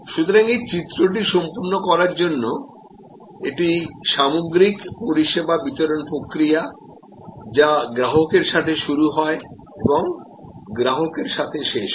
সুতরাং এই চিত্রটি সম্পূর্ণ করার জন্য এটি সামগ্রিক পরিষেবা বিতরণ প্রক্রিয়া যা গ্রাহকের সাথে শুরু হয় এবং গ্রাহকের সাথে শেষ হয়